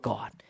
God